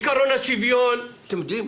עיקרון השוויון אתם יודעים,